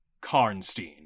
Karnstein